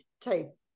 type